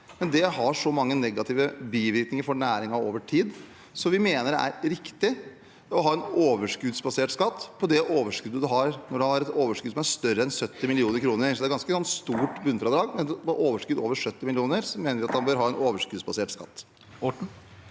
men det har så mange negative bivirkninger for næringen over tid. Så vi mener det er riktig å ha en overskuddsbasert skatt – skatt på det overskuddet man har når overskuddet er større enn 70 mill. kr. Det er et ganske stort bunnfradrag, men ved overskudd over 70 mill. kr mener vi man bør ha en overskuddsbasert skatt. Helge